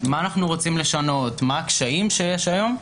מה אנו רוצים לשנות, מה הקשיים שיש היום.